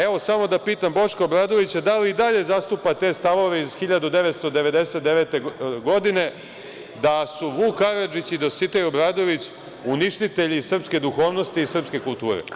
Evo, samo da pitam Boška Obradovića da li i dalje zastupa te stavove iz 1999. godine da su Vuk Karadžić i Dositej Obradović uništitelji srpske duhovnosti i srpske kulture?